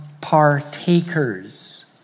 partakers